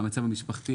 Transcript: המצב המשפחתי.